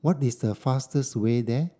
what is the fastest way there